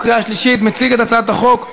יש לך תכף עשר דקות שלמות לדבר על החוק הקרוב,